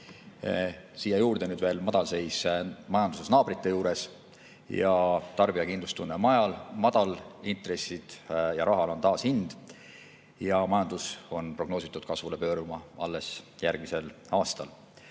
siia juurde veel madalseis majanduses naabrite juures. Tarbija kindlustunne on väike ja intressid on kõrged, rahal on taas hind. Majandus on prognoositud kasvule pöörama alles järgmisel aastal.